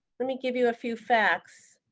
let me give you a few facts.